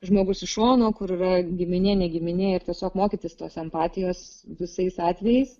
žmogus iš šono kur yra giminė ne giminė ir tiesiog mokytis tos empatijos visais atvejais